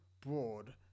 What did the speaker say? broad